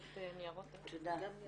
תודה.